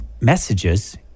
messages